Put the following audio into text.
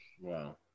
Wow